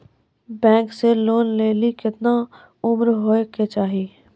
Bank से loan लेली केतना उम्र होय केचाही?